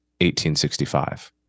1865